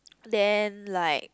then like